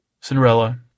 Cinderella